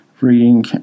reading